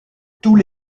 tous